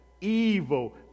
evil